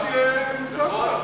אל תהיה מודאג.